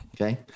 Okay